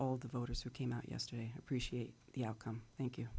all the voters who came out yesterday appreciate the outcome thank